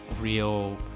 real